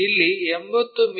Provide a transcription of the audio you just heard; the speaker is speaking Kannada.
ಇಲ್ಲಿ 80 ಮಿ